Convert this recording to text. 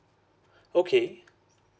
okay